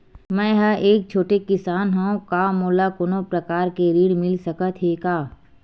मै ह एक छोटे किसान हंव का मोला कोनो प्रकार के ऋण मिल सकत हे का?